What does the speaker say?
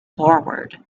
forward